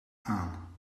aan